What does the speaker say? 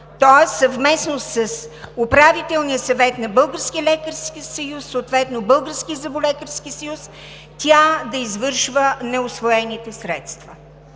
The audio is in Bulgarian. тоест съвместно с Управителния съвет на Българския лекарски съюз, съответно на Българския зъболекарски съюз, тя да извършва неусвоените средства.